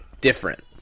different